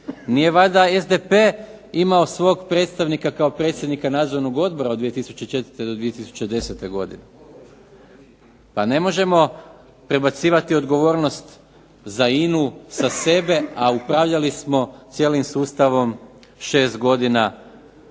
Nije valjda SDP imao svog predstavnika kao predsjednika Nadzornog odbora od 2004. do 2010. godine. Pa ne možemo prebacivati odgovornost za INA-u sa sebe, a upravljali smo cijelim sustavom 6 godina kada